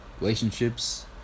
Relationships